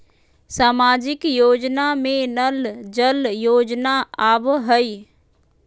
सामाजिक योजना में नल जल योजना आवहई?